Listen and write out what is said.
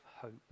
hope